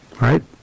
right